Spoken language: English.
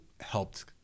helped